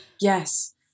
yes